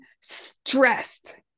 stressed